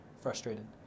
frustrated